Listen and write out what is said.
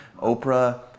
Oprah